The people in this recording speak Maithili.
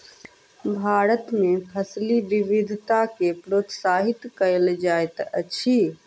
भारत में फसिल विविधता के प्रोत्साहित कयल जाइत अछि